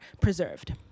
preserved